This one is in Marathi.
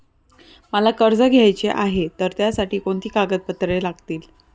मला कर्ज घ्यायचे आहे तर त्यासाठी कोणती कागदपत्रे लागतील?